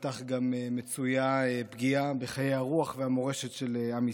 בפתח גם מצויה פגיעה בחיי הרוח והמורשת של עם ישראל.